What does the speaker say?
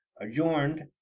adjourned